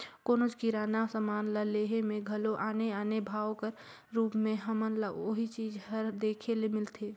कोनोच किराना समान ल लेहे में घलो आने आने भाव कर रूप में हमन ल ओही चीज हर देखे ले मिलथे